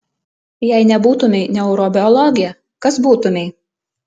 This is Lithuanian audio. jei nebūtumei neurobiologė kas būtumei